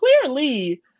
Clearly